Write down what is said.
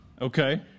Okay